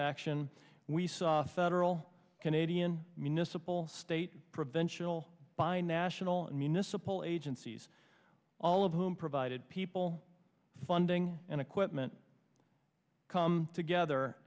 action we saw federal canadian municipal state provincial binational and municipal agencies all of whom provided people funding and equipment come together